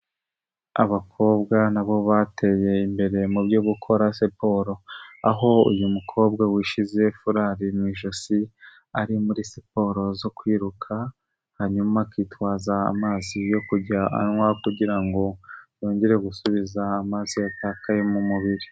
Abakobwa nabo bateye imbere mu byo gukora siporo, aho uyu mukobwa wishyize furari mu ijosi ari muri siporo zo kwiruka. Hanyuma akitwaza amazi yo kujya anywa kugirango ngo yongere gusubiza amaso yatakaye mu mubiri.